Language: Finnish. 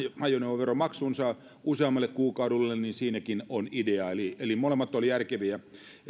ajoneuvoveromaksunsa useammalle kuukaudelle siinäkin on ideaa eli eli molemmat olivat järkeviä